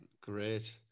Great